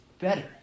better